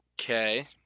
Okay